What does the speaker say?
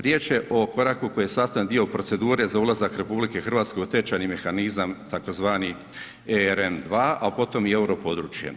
Riječ je o koraku koji je sastavni dio procedure za ulazak RH u tečajni mehanizam tzv. RN2, a potom i euro područje.